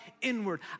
inward